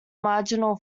marginal